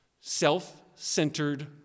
Self-centered